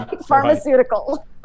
pharmaceutical